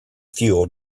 fuel